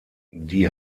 die